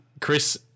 Chris